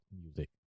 music